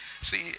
see